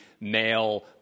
male